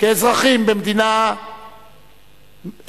כאזרחים במדינת ישראל,